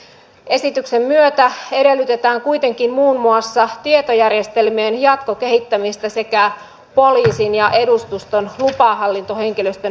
esityksen myötä edellytetään kuitenkin muun muassa tietojärjestelmien jatkokehittämistä sekä poliisin ja edustuston lupahallintohenkilöstön uudelleenkouluttamista